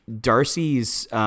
Darcy's